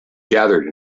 gathered